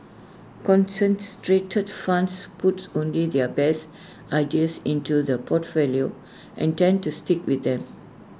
concentrated funds puts only their best ideas into the portfolio and tend to stick with them